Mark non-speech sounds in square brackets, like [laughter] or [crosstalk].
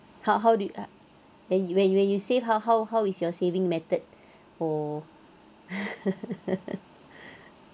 how how did then when when you save how how how is your saving method or [laughs]